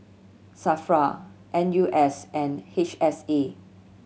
SAFRA N U S and H S A